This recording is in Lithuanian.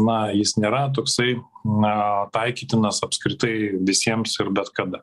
na jis nėra toksai na taikytinas apskritai visiems ir bet kada